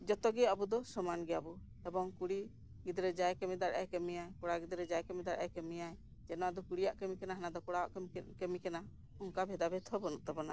ᱡᱚᱛᱚᱜᱮ ᱟᱵᱚ ᱫᱚ ᱥᱚᱢᱟᱱ ᱜᱮᱭᱟ ᱵᱚ ᱮᱵᱚᱝ ᱠᱩᱲᱤ ᱜᱤᱫᱽᱨᱟᱹ ᱡᱟᱭ ᱠᱟᱹᱢᱤ ᱫᱟᱲᱮᱭᱟᱜᱼᱟ ᱠᱟᱹᱢᱤᱭᱟ ᱠᱚᱲᱟ ᱜᱤᱫᱽᱨᱟᱹ ᱡᱟᱭ ᱠᱟᱹᱢᱤ ᱫᱟᱲᱮᱭᱟᱜᱼᱟ ᱠᱟᱢᱤᱭᱟ ᱡᱮ ᱱᱚᱣᱟ ᱫᱚ ᱠᱩᱲᱤᱭᱟᱜ ᱠᱟᱹᱢᱤ ᱠᱟᱱᱟ ᱦᱟᱱᱟ ᱫᱚ ᱠᱚᱲᱟᱣᱟᱜ ᱠᱟᱹᱢᱤ ᱠᱟᱱᱟ ᱚᱱᱠᱟ ᱵᱷᱮᱫᱟ ᱵᱷᱮᱫᱽ ᱦᱚᱸ ᱵᱟᱹᱱᱩᱜ ᱛᱟᱵᱚᱱᱟ